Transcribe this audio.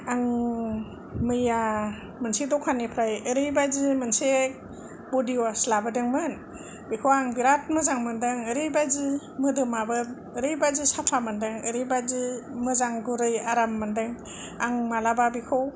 आं मैया मेनसे दखाननिफ्राय ओरैबादि मोनसे बडि वास लाबोदोंमोन बेखौ आं बेराद मोजां मोनदों ओरैबादि मोदोमाबो ओरैबादि साफा मोनदों ओरैबादि मोजां गुरै आराम मोनदों आं मालाबा बेखौ